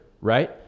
right